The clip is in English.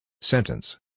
Sentence